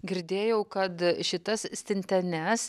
girdėjau kad šitas stintenes